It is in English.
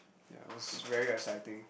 ya it was very exciting